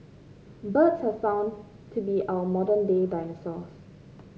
birds have found to be our modern day dinosaurs